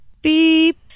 Beep